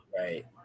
Right